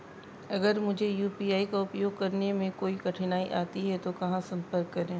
अगर मुझे यू.पी.आई का उपयोग करने में कोई कठिनाई आती है तो कहां संपर्क करें?